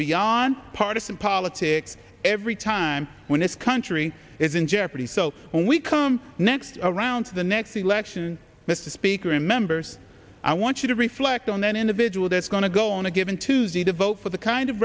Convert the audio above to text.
beyond partisan politics every time when this country is in jeopardy so when we come next around the next election mr speaker remembers i want you to reflect on an individual that's going to go on a given tuesday to vote for the kind of